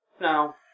No